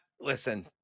listen